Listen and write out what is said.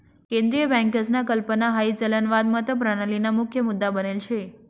केंद्रीय बँकसना कल्पना हाई चलनवाद मतप्रणालीना मुख्य मुद्दा बनेल शे